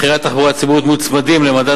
מחירי התחבורה הציבורית מוצמדים למדד